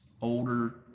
older